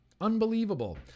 Unbelievable